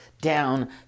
down